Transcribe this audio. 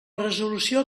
resolució